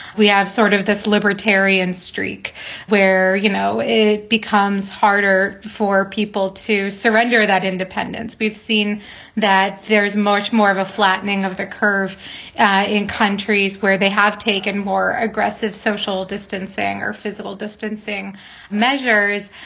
we have sort of this libertarian streak where, you know, it becomes harder for people to surrender that independence. we've seen that there is much more of a flattening of the curve in countries where they have taken more aggressive social distancing or physical distancing measures.